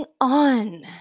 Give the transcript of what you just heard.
on